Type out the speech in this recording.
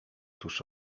tuż